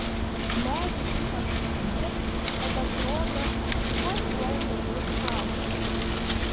medžiai taip apsnigti kad atrodo tuoj tuoj nulūš šakos